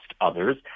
others